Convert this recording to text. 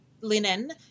linen